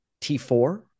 T4